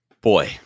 boy